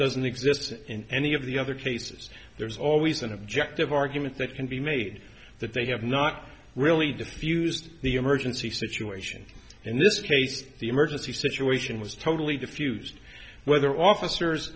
doesn't exist in any of the other cases there's always an objective argument that can be made that they have not really defeat used the emergency situation in this case the emergency situation was totally the fuse whether officers